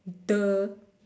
!duh!